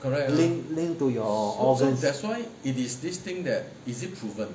linked linked to your organs